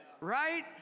right